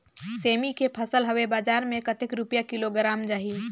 सेमी के फसल हवे बजार मे कतेक रुपिया किलोग्राम जाही?